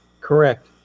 Correct